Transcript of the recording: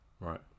Right